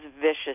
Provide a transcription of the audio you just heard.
vicious